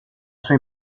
sua